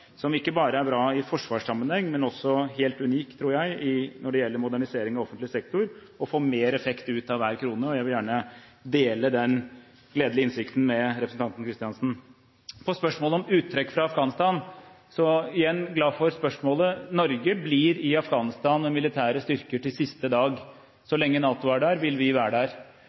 som ikke bare er bra i forsvarssammenheng, men også helt unikt, tror jeg, når det gjelder modernisering av offentlig sektor for å få mer effekt ut av hver krone, og jeg vil gjerne dele den gledelige innsikten med representanten Kristiansen. Når det gjelder spørsmål om uttrekk fra Afghanistan, er jeg igjen glad for spørsmålet. Norge blir i Afghanistan med militære styrker til siste dag. Så lenge NATO er der, vil vi være der.